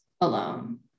alone